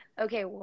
Okay